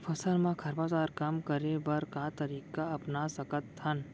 फसल मा खरपतवार कम करे बर का तरीका अपना सकत हन?